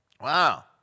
Wow